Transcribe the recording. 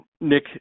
Nick